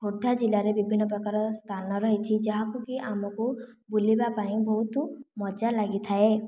ଖୋର୍ଦ୍ଧା ଜିଲ୍ଲାରେ ବିଭିନ୍ନ ପ୍ରକାରର ସ୍ଥାନ ରହିଛି ଯାହାକୁ କି ଆମକୁ ବୁଲିବା ପାଇଁ ବହୁତ ମଜା ଲାଗିଥାଏ